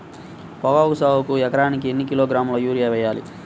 పొగాకు సాగుకు ఎకరానికి ఎన్ని కిలోగ్రాముల యూరియా వేయాలి?